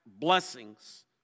blessings